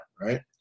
right